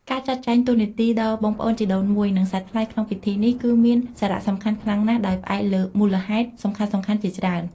ការចាត់ចែងតួនាទីដល់បងប្អូនជីដូនមួយ និងសាច់ថ្លៃក្នុងពិធីនេះ គឺមានសារៈសំខាន់ខ្លាំងណាស់ ដោយផ្អែកលើមូលហេតុសំខាន់ៗជាច្រើន។